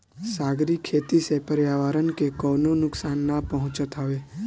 सागरी खेती से पर्यावरण के कवनो नुकसान ना पहुँचत हवे